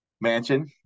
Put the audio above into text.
Mansion